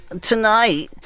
tonight